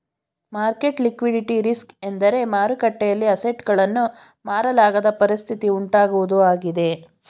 market liquidity risk ಎಂದರೆ ಮಾರುಕಟ್ಟೆಯಲ್ಲಿ assets ಗಳನ್ನು ಮಾರಲಾಗದ ಪರಿಸ್ಥಿತಿ ಉಂಟಾಗುವುದು ಆಗಿದೆ